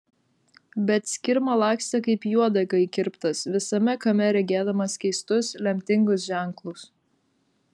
bet skirma lakstė kaip į uodegą įkirptas visame kame regėdamas keistus lemtingus ženklus